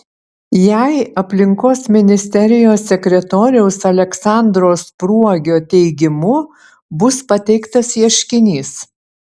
jai aplinkos ministerijos sekretoriaus aleksandro spruogio teigimu bus pateiktas ieškinys